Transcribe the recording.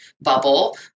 bubble